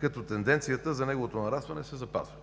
като тенденцията за неговото нарастване се запазва.